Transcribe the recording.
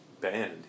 band